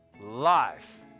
Life